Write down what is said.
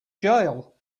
jail